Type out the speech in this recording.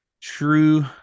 True